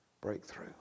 breakthrough